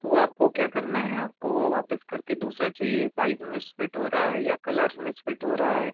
तो वो आपको क्या करना है आपको वो वापस करके दूसरा चाहिए साइज़ मिसफ़िट हो रहा है या कलर मिसफ़िट हो रहा है